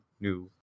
new